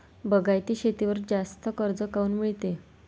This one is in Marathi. बागायती शेतीवर जास्त कर्ज काऊन मिळते?